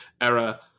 era